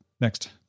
next